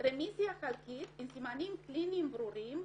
"רמיסיה חלקית עם סימנים קליניים ברורים,